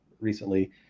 recently